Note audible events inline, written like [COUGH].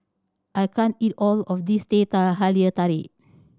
I can't eat all of this teh [UNINTELLIGIBLE] halia tarik